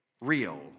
real